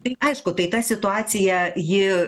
tai aišku tai ta situacija ji